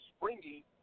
springy